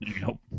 Nope